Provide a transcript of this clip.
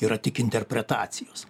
yra tik interpretacijos